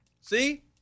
See